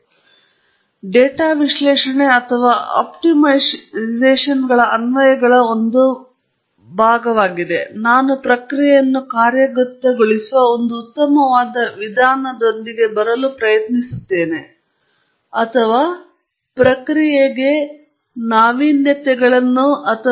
ಅದು ಡೇಟಾ ವಿಶ್ಲೇಷಣೆ ಅಥವಾ ಆಪ್ಟಿಮೈಸೇಶನ್ಗಳ ಅನ್ವಯಗಳ ಒಂದು ಭಾಗವಾಗಿದೆ ನಾನು ಪ್ರಕ್ರಿಯೆಯನ್ನು ಕಾರ್ಯಗತಗೊಳಿಸುವ ಒಂದು ಉತ್ತಮವಾದ ವಿಧಾನದೊಂದಿಗೆ ಬರಲು ಪ್ರಯತ್ನಿಸುತ್ತಿದ್ದೇನೆ ಅಥವಾ ಪ್ರಕ್ರಿಯೆಗೆ ನಾವೀನ್ಯತೆಗಳನ್ನು ಅಥವಾ ಬದಲಾವಣೆಗಳನ್ನು ಮಾಡುವ ಪ್ರಯತ್ನಿಸುತ್ತೇನೆ